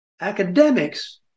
academics